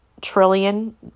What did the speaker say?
trillion